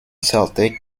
celtic